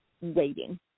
waiting